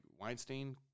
Weinstein